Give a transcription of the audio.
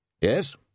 Yes